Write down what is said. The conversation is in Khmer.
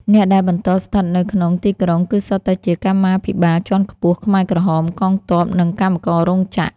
អ្នកដែលបន្តស្ថិតនៅក្នុងទីក្រុងគឺសុទ្ធតែជាកម្មាភិបាលជាន់ខ្ពស់ខ្មែរក្រហម កងទ័ព និងកម្មកររោងចក្រ។